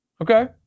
okay